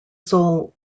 sole